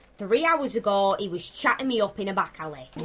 three hours ago, he was chatting me up in a back alley.